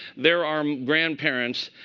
they're are grandparents.